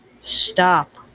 Stop